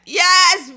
yes